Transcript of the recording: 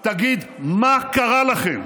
תגיד, מה קרה לכם?